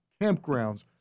campgrounds